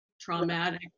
traumatic